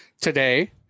today